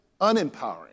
unempowering